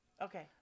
Okay